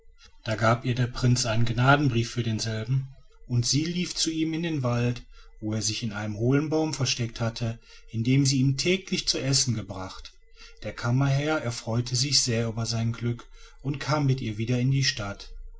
da gab ihr der prinz einen gnadenbrief für denselben und sie lief zu ihm in den wald wo er sich in einem hohlen baum versteckt hatte in den sie ihm täglich zu essen gebracht der kammerherr erfreute sich sehr über sein glück und kam mit ihr wieder in die stadt